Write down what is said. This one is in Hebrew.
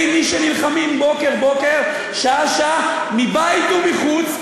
מי שנלחמים בוקר-בוקר שעה-שעה מבית ומחוץ,